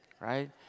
right